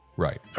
Right